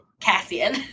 cassian